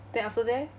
then after that eh